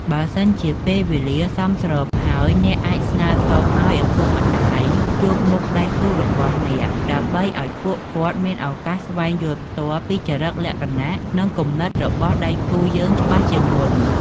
បើសិនជាពេលវេលាសមស្របហើយ អ្នកអាចស្នើសុំឱ្យឪពុកម្ដាយជួបមុខដៃគូរបស់អ្នក ដើម្បីឱ្យពួកគាត់មានឱកាសស្វែងយល់ផ្ទាល់ពីចរិតលក្ខណៈ និងគំនិតរបស់ដៃគូយើងច្បាស់ជាងមុន។